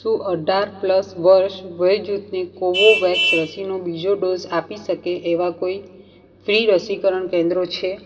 શું અઢાર પ્લસ વર્ષ વયજૂથને કોવોવેક્સ રસીનો બીજો ડોઝ આપી શકે એવાં કોઈ ફ્રી રસીકરણ કેન્દ્રો છે